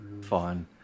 fun